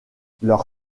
leur